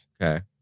Okay